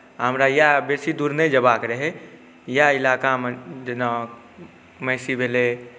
हमरा इएह बेसी दूर नहि जेबाक रहै इएह इलाकामे जेना महिषी भेलै